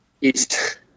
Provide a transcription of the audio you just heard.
East